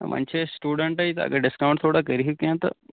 وۅنۍ چھِ أسۍ سِٹوٗڈَنٹٕے تہٕ اَگر ڈِسکاوُنٛٹ تھوڑا کٔرۍہیٖو کیٚنٛہہ تہٕ